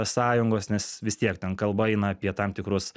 sąjungos nes vis tiek ten kalba eina apie tam tikrus